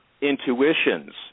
intuitions